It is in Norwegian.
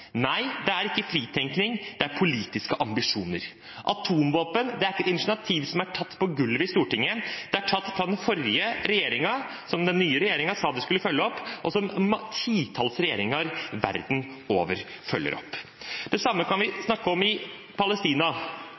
Nei, det er ikke fritenkning. Det er politiske ambisjoner. Når det gjelder atomvåpen, er ikke det et initiativ som er tatt på gulvet i Stortinget. Det er tatt fra den forrige regjeringen, den nye regjeringen sa de skulle følge det opp, og titalls regjeringer verden over følger det opp. Det samme kan vi snakke om når det gjelder Palestina. I Palestina